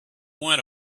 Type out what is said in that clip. went